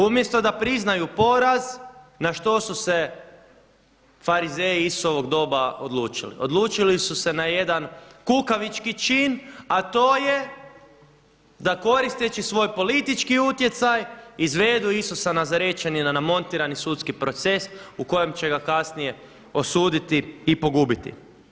Umjesto da priznaju poraz, na što su se farizeji Isusovog doba odlučili, odlučili su se na jedan kukavički čin, a to je da koristeći svoj politički utjecaj izvedu Isusa Nazarećanina na montirani sudski proces u kojem će ga kasnije osuditi i pogubiti.